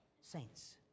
saints